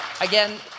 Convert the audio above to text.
Again